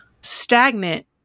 stagnant